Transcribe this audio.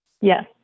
Yes